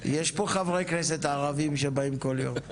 יש פה חברי כנסת ערבים שבאים כל יום.